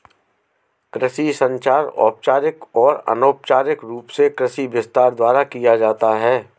कृषि संचार औपचारिक और अनौपचारिक रूप से कृषि विस्तार द्वारा किया जाता है